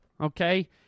okay